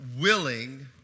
willing